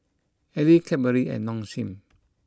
Elle Cadbury and Nong Shim